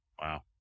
wow